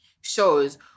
shows